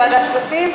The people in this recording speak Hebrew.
לוועדת הכספים,